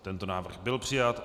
Tento návrh byl přijat.